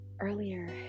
earlier